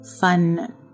fun